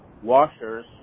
washers